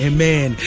Amen